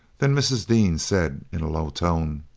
then mrs. dean said, in a low tone